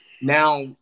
now –